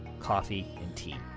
coffee, and tea.